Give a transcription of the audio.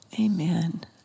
Amen